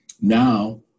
Now